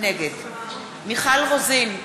נגד מיכל רוזין,